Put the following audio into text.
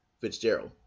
Fitzgerald